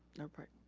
no report.